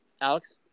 Alex